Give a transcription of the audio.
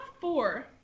four